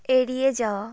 এড়িয়ে যাওয়া